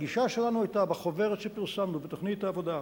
הגישה שלנו היתה, בחוברת שפרסמנו, בתוכנית העבודה,